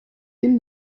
den